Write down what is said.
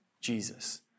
Jesus